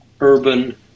Urban